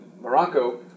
Morocco